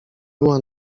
była